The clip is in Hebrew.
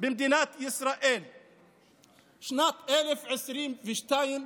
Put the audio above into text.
במדינת ישראל בשנת 2022,